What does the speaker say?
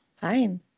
Fine